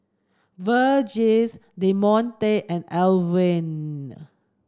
Virgie Demonte and Alwine